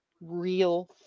real